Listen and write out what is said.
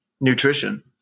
nutrition